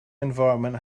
environment